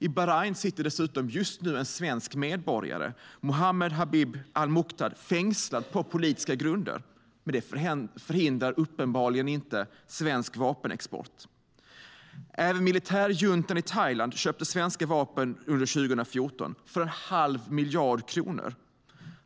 I Bahrain sitter dessutom just nu en svensk medborgare, Mohammed Habib al-Muqdad, fängslad på politiska grunder. Detta förhindrar uppenbarligen inte svensk vapenexport. Även militärjuntan i Thailand köpte svenska vapen för en halv miljard under 2014.